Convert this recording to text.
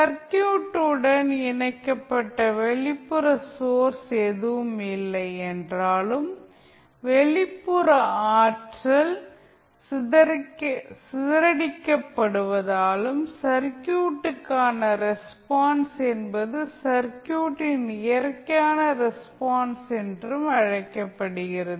சர்க்யூட்டுடன் இணைக்கப்பட்ட வெளிப்புற சோர்ஸ் எதுவும் இல்லை என்றாலும் வெளிப்புற ஆற்றல் சிதறடிக்கப் படுவதாலும் சர்க்யூட்டுக்கான ரெஸ்பான்ஸ் என்பது சர்க்யூட்டின் இயற்கையான ரெஸ்பான்ஸ் என்று அழைக்கப்படுகிறது